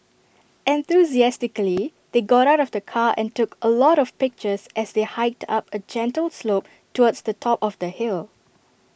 enthusiastically they got out of the car and took A lot of pictures as they hiked up A gentle slope towards the top of the hill